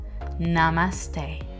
Namaste